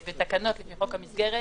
בתקנות לפי חוק המסגרת